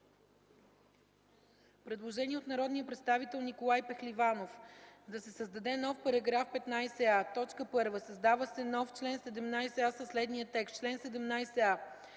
Предложение от народния представител Николай Пехливанов – да се създаде нов § 15а: 1. Създава се нов чл. 17а със следния текст: